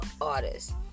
artists